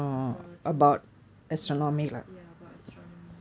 அப்புறம் சும்மா:appuram chumma ya ya about astronomy